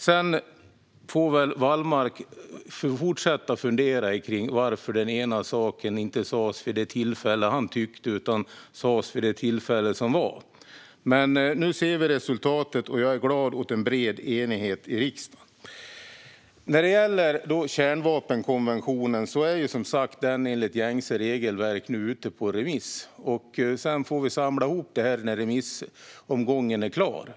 Wallmark får väl fortsätta att fundera på varför den ena saken inte sas vid det tillfälle han tyckte att den skulle sägas vid utan vid det tillfälle då det skedde. Nu ser vi dock resultatet, och jag är glad åt en bred enighet i riksdagen. Kärnvapenkonventionen är nu, enligt gängse regelverk, ute på remiss. Sedan får vi samla ihop det hela när remissomgången är klar.